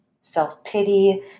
self-pity